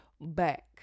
back